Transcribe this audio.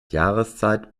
jahreszeit